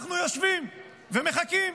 ואנחנו יושבים ומחכים